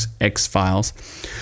X-Files